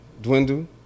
dwindle